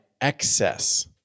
Excess